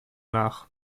nach